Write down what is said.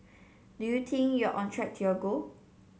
do you think you're on track to your goal